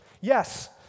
Yes